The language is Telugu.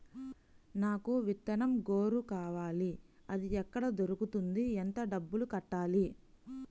నాకు విత్తనం గొర్రు కావాలి? అది ఎక్కడ దొరుకుతుంది? ఎంత డబ్బులు కట్టాలి?